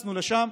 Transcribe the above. כשנכנסנו לשם,